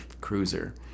cruiser